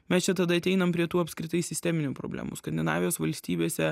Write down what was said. mes čia tada ateinam prie tų apskritai sisteminių problemų skandinavijos valstybėse